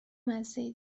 مزه